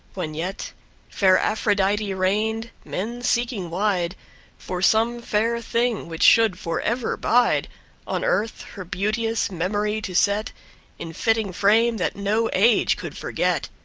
when yet fair aphrodite reigned, men seeking wide for some fair thing which should forever bide on earth, her beauteous memory to set in fitting frame that no age could forget,